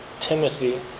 Timothy